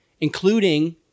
including